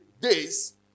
days